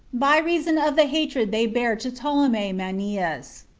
by reason of the hatred they bare to ptolemy menneus.